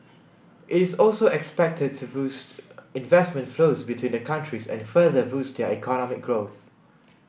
it is also expected to boost investment flows between the countries and further boost their economic growth